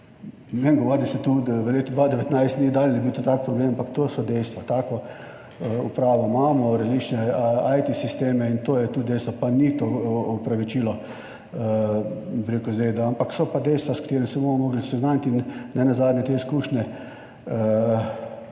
ne mi govoriti, da se to v letu 2019 ni dalo, da je bil to tak problem, ampak to so dejstva, tako upravo imamo, različne IT sisteme in to je tudi dejstvo, pa ni to opravičilo, bi rekel zdaj, ampak so pa dejstva, s katerimi se bomo morali seznaniti in nenazadnje te izkušnje